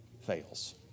fails